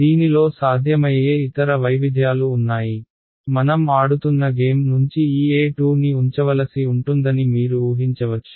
దీనిలో సాధ్యమయ్యే ఇతర వైవిధ్యాలు ఉన్నాయి మనం ఆడుతున్న గేమ్ నుంచి ఈ E2 ని ఉంచవలసి ఉంటుందని మీరు ఊహించవచ్చు